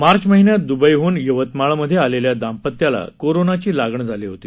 मार्च महिन्यात दुबईहन यवतमाळमध्ये आलेल्या दाम्पत्याला कोरोनाची लागण झाली होती